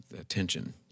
attention